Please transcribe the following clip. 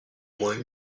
moins